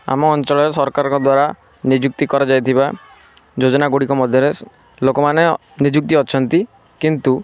ଆମ ଅଞ୍ଚଳରେ ସରକାରଙ୍କ ଦ୍ୱାରା ନିଯୁକ୍ତି କରାଯାଇଥିବା ଯୋଜନା ଗୁଡ଼ିକ ମଧ୍ୟରେ ଲୋକମାନେ ନିଯୁକ୍ତି ଅଛନ୍ତି କିନ୍ତୁ